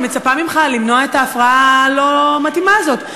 אני מצפה ממך למנוע את ההפרעה הלא-מתאימה הזאת.